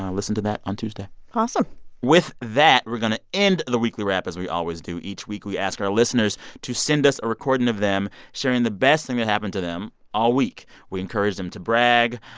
listen to that on tuesday awesome with that, we're going to end the weekly wrap as we always do. each week, we ask our listeners to send us a recording of them sharing the best thing that happened to them all week. we encourage them to brag.